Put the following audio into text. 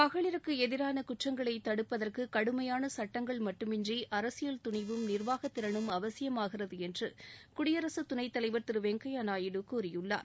மகளிருக்கு எதிரான குற்றங்களை தடுப்பதற்கு கடுமையான சட்டங்கள் மட்டுமின்றி அரசியல் துணிவும் நிர்வாக திறனும் அவசியாகிறது என்று குடியரசுத் துணைத் தலைவர் திரு வெங்கப்யா நாயுடு கூறியுள்ளார்